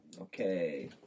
Okay